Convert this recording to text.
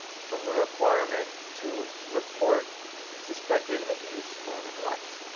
from the requirement to report suspected abuse or neglect.